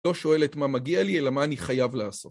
‫לא שואלת מה מגיע לי, ‫אלא מה אני חייב לעשות.